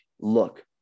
Look